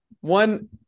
One